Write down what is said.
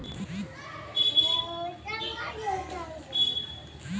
bank এ কর্মরত কর্মচারীরা বছর জুড়ে বিভিন্ন সময়ে ব্যাংকার্স বনাস পায়